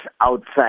outside